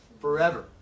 forever